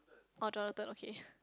oh Jonathan okay